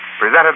Presented